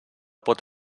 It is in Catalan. pot